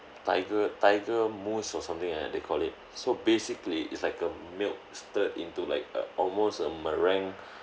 tiger tiger mousse or something like that they call it so basically it's like a milk stirred into like a almost a meringue